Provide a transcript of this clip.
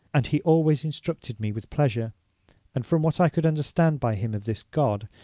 and he always instructed me with pleasure and from what i could understand by him of this god,